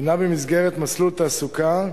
היא במסגרת מסלול תעסוקה.